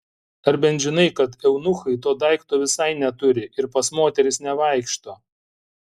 ar bent žinai kad eunuchai to daikto visai neturi ir pas moteris nevaikšto